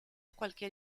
cualquier